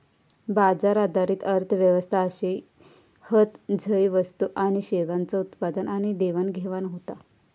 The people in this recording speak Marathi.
बाजार आधारित अर्थ व्यवस्था अशे हत झय वस्तू आणि सेवांचा उत्पादन आणि देवाणघेवाण होता